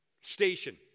station